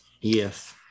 Yes